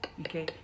okay